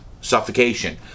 suffocation